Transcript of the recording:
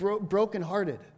brokenhearted